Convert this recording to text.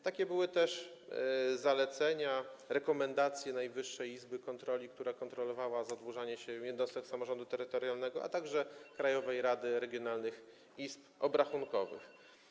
Takie były też zalecenia, rekomendacje Najwyższej Izby Kontroli, która kontrolowała zadłużanie się jednostek samorządu terytorialnego, a także Krajowej Rady Regionalnych Izb Obrachunkowych.